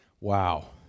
Wow